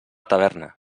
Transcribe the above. taverna